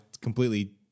completely